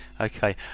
okay